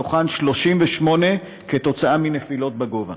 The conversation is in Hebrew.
38 היו מנפילות מגובה.